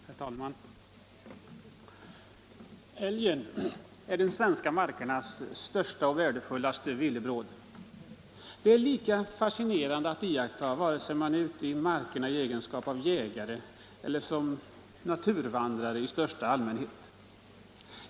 Herr talman! Älgen är de svenska markernas största och värdefullaste villebråd. Den är lika fascinerande att iaktta vare sig man är ute i markerna i egenskap av jägare eller som naturvandrare i största allmänhet.